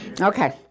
Okay